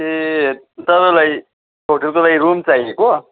ए तपाईँलाई होटेलको लागि रुम चाहिएको